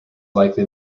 likely